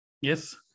Yes